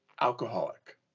alcoholic